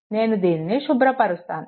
నేను దీనిని శుభ్రపరుస్తాను